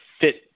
fit